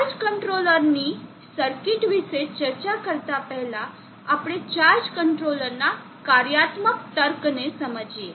charge કંટ્રોલરની circuit વિશે ચર્ચા કરતા પહેલા આપણે ચાર્જ કંટ્રોલરના કાર્યાત્મક તર્કને સમજીએ